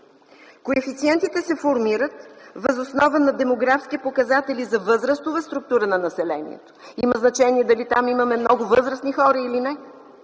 Коефициентите се формират въз основа на демографски показатели за възрастова структура на населението. Има значение дали там имаме много възрастни хора или не